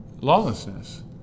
lawlessness